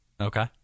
Okay